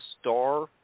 Star